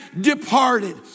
departed